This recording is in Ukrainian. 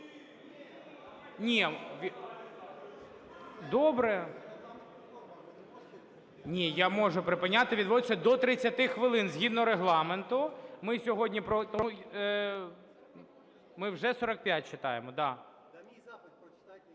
Ні, я можу припиняти, відводиться до 30 хвилин згідно Регламенту. Ми сьогодні… Ми вже 45 читаємо,